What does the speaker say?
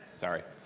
sorry.